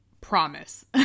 Promise